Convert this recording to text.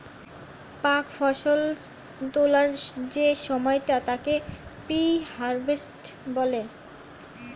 প্রাক্ ফসল তোলার যে সময়টা তাকে প্রি হারভেস্ট বলে